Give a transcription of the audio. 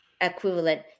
equivalent